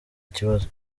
ikibazo